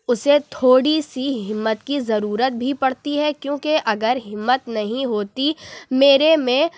اسے تھوڑی سی ہمت کی ضرورت بھی پڑتی ہے کیونکہ اگر ہمت نہیں ہوتی میرے میں